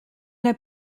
l’as